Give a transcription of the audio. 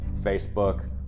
Facebook